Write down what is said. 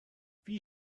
wie